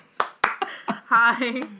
Hi